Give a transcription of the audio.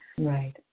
Right